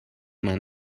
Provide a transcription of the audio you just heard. man